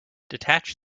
detach